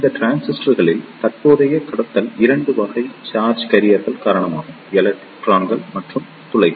இந்த டிரான்சிஸ்டர்களில் தற்போதைய கடத்துதல் 2 வகை சார்ஜ் கேரியர்கள் காரணமாகும் எலக்ட்ரான்கள் மற்றும் துளைகள்